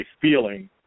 feeling